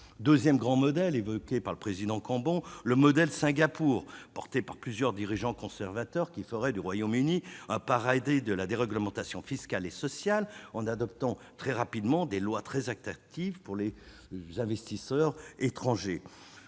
Deuxième hypothèse, évoquée par le président Cambon : le « modèle Singapour », porté par plusieurs dirigeants conservateurs, ferait du Royaume-Uni un paradis de la déréglementation fiscale et sociale par l'adoption rapide de lois fiscales très attractives pour les investisseurs étrangers.